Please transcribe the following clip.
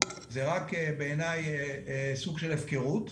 זה רק בעיני סוג של הפקרות.